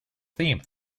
theme